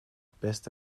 beste